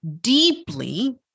deeply